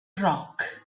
roc